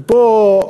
ופה,